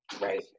Right